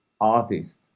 artist